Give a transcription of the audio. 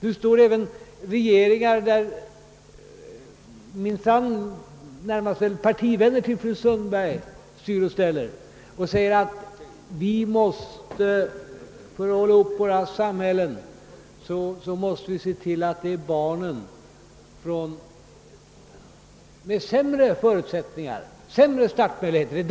Nu anser även regeringar som består av vad som väl närmast är partivänner till fru Sundberg att de för att hålla ihop samhället måste satsa på barnen med sämre förutsättningar och sämre startmöjligheter.